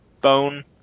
bone